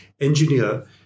engineer